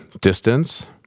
distance